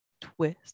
Twist